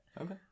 Okay